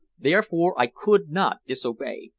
therefore i could not disobey.